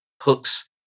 hooks